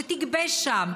שתגבה שם.